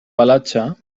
pelatge